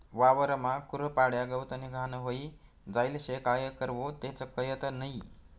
वावरमा कुरपाड्या, गवतनी घाण व्हयी जायेल शे, काय करवो तेच कयत नही?